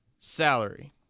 salary